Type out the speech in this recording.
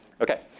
Okay